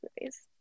movies